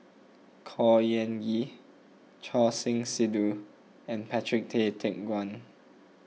Khor Ean Ghee Choor Singh Sidhu and Patrick Tay Teck Guan